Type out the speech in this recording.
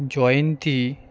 জয়ন্তী